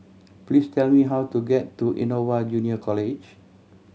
please tell me how to get to Innova Junior College